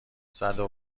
زدو